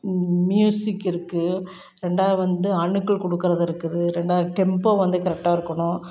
music இருக்கு ரெண்டாவது வந்து அணுக்கள் கொடுக்கறது இருக்குது ரெண்டாவ் ரெண்டாவது வந்து கரெக்டாக இருக்கணும்